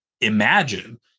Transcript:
imagine